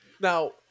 now